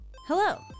hello